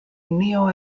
neo